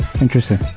Interesting